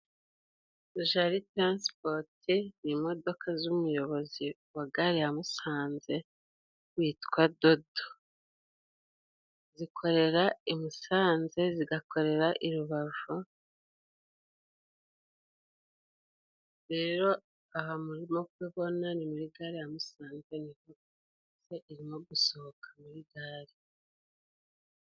Jari tarasipoti ni imodoka z'umuyobozi wa gare ya musanze witwa dodo zikorera i musanze zigakorera i rubavu rero aha murimo kubona ni muri gare ya musanze imodoka zirimo gusohoka muri gare